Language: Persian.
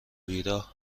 بیراه